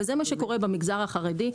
וזה מה שקורה במגזר החרדי.